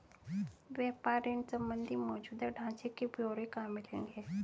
व्यापार ऋण संबंधी मौजूदा ढांचे के ब्यौरे कहाँ मिलेंगे?